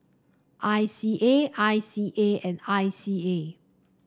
I C A I C A and I C A